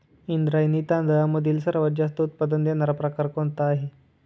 इंद्रायणी तांदळामधील सर्वात जास्त उत्पादन देणारा प्रकार कोणता आहे?